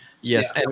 Yes